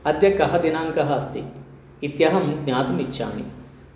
अद्य कः दिनाङ्कः अस्ति इत्यहं ज्ञातुमिच्छामि